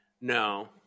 No